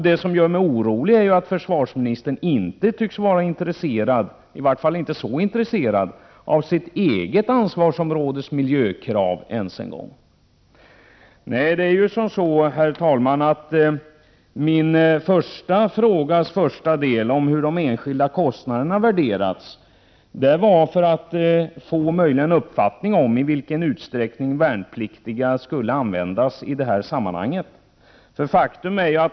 Det som gör mig orolig är att försvarsministern inte tycks vara intresserad — i vart fall inte så värst intresserad — ens av sitt eget ansvarsområdes miljökrav. Herr talman! Min första frågas första del, om hur de enskilda kostnaderna värderats, var till för att möjligen få en uppfattning om i vilken utsträckning värnpliktiga skulle användas i detta sammanhang.